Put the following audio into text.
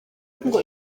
ngo